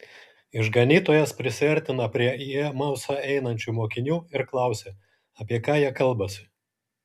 išganytojas prisiartina prie į emausą einančių mokinių ir klausia apie ką jie kalbasi